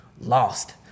lost